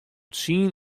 tsien